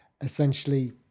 essentially